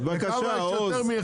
כמויות.